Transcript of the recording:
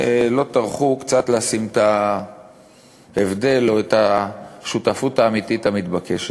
לא טרחו קצת לשים את ההבדל או את השותפות האמיתית המתבקשת.